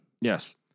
Yes